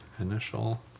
Initial